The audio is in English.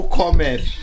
comment